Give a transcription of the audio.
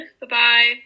Bye-bye